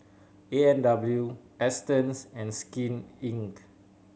A and W Astons and Skin Inc